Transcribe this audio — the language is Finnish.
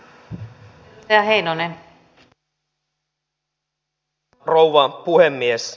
arvoisa rouva puhemies